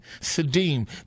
Sedim